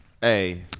Hey